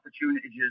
opportunities